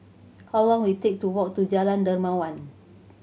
how long will it take to walk to Jalan Dermawan